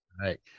right